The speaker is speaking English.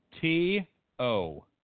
T-O